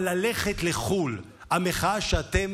אבל ללכת לחו"ל, המחאה שאתם